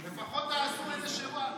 על חשבון הצעירים שעושים צבא.